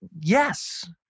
yes